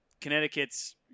Connecticut's